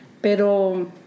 Pero